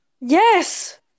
Yes